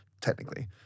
technically